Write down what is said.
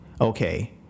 okay